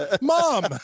mom